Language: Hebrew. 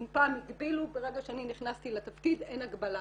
אם פעם הגבילו ברגע שאני נכנסתי לתפקיד אין הגבלה.